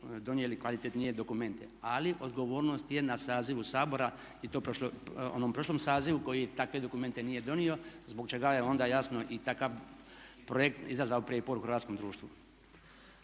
donijeli kvalitetnije dokumente. Ali odgovornost je na sazivu Sabora i to onom prošlom sazivu koji takve dokumente nije donio zbog čega je onda jasno i takav projekt izazvao prijepor u hrvatskom društvu.